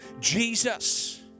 Jesus